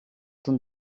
toen